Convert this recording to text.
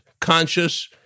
conscious